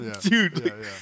Dude